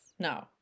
No